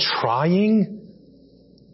trying